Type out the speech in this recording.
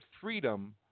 freedom